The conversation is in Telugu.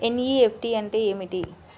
ఎన్.ఈ.ఎఫ్.టీ అంటే ఏమిటి?